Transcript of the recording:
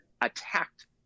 attacked